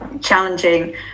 challenging